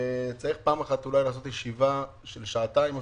וצריך פעם אחת אולי לקיים ישיבה של שעתיים אפילו,